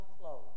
clothes